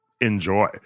enjoy